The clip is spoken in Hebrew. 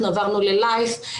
אנחנו עברנו ללייף,